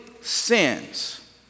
sins